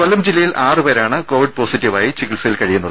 കൊല്ലം ജില്ലയിൽ ആറുപേരാണ് കോവിഡ് പോസിറ്റീവായി ചികിത്സയിൽ കഴിയുന്നത്